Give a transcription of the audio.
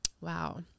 Wow